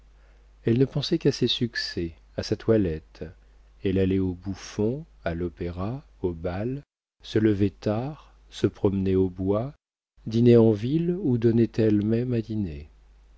elle ne pensait qu'à ses succès à sa toilette elle allait aux bouffons à l'opéra au bal se levait tard se promenait au bois dînait en ville ou donnait elle-même à dîner